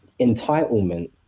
entitlement